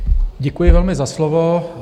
Děkuji velmi za slovo.